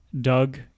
Doug